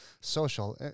social